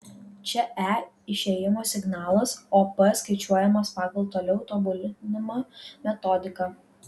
čia e išėjimo signalas o p skaičiuojamas pagal toliau tobulinamą metodiką